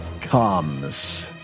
comes